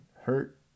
hurt